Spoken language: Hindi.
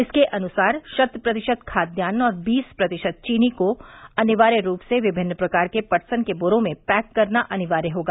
इसके अनुसार शत प्रतिशत खाद्यान्न और बीस प्रतिशत चीनी को अनिवार्य रूप से विभिन्न प्रकार के पटसन के बोरों में पैक करना अनिवार्य होगा